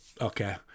Okay